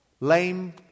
lame